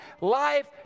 life